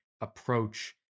approach